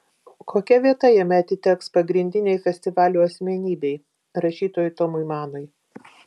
kokia vieta jame atiteks pagrindinei festivalio asmenybei rašytojui tomui manui